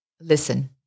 listen